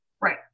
right